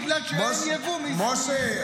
בגלל שאין יבוא --- משה,